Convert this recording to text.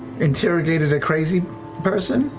interrogated a crazy person,